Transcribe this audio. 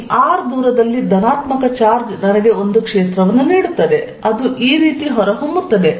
ಈ r ದೂರದಲ್ಲಿ ಧನಾತ್ಮಕ ಚಾರ್ಜ್ ನನಗೆ ಒಂದು ಕ್ಷೇತ್ರವನ್ನು ನೀಡುತ್ತದೆ ಅದು ಈ ರೀತಿ ಹೊರ ಹೊಮ್ಮುತ್ತದೆ